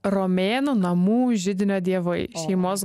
romėnų namų židinio dievai šeimos